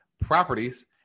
Properties